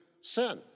sin